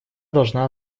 должна